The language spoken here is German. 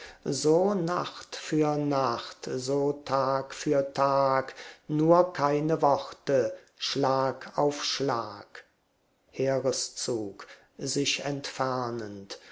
so nacht für nacht so tag für tag nur keine worte schlag auf schlag heereszug sich entfernend